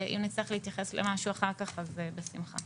אם נצטרך להתייחס למשהו אחר כך, אז בשמחה.